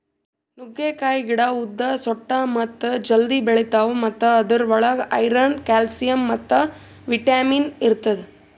ನುಗ್ಗೆಕಾಯಿ ಗಿಡ ಉದ್ದ, ಸೊಟ್ಟ ಮತ್ತ ಜಲ್ದಿ ಬೆಳಿತಾವ್ ಮತ್ತ ಅದುರ್ ಒಳಗ್ ಐರನ್, ಕ್ಯಾಲ್ಸಿಯಂ ಮತ್ತ ವಿಟ್ಯಮಿನ್ ಇರ್ತದ